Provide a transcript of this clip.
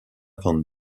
van